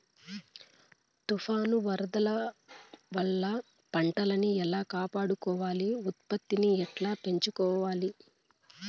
తుఫాను, వరదల వల్ల పంటలని ఎలా కాపాడుకోవాలి, ఉత్పత్తిని ఎట్లా పెంచుకోవాల?